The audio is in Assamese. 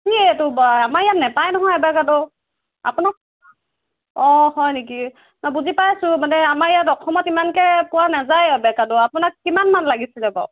কি এইটো বাৰু আমাৰ ইয়াত নাপায় নহয় এভাকাডো আপোনাক অঁ হয় নেকি বুজি পাইছোঁ মানে আমাৰ ইয়াত অসমত ইমানকৈ পোৱা নাযায় এভাকাডো আপোনাক কিমানমান লাগিছিলে বাৰু